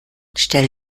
stell